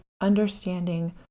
understanding